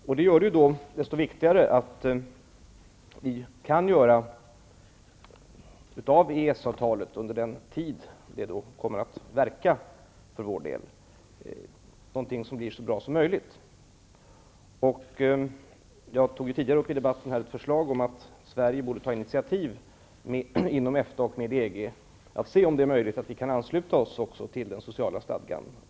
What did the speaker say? Detta gör det desto viktigare att vi kan dra nytta av EES-avtalet under den tid som det kan komma att verka för vår del och att vi ser till att det blir så bra som möjligt. Jag tog tidigare i debatten upp ett förslag om att Sverige borde ta ett initiativ inom EFTA och med EG för att se om det är möjligt att vi kan ansluta oss även till den sociala stadgan.